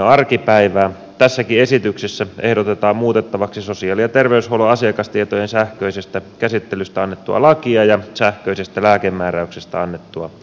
tässäkin esityksessä ehdotetaan muutettavaksi sosiaali ja terveydenhuollon asiakastietojen sähköisestä käsittelystä annettua lakia ja sähköisestä lääkemääräyksestä annettua lakia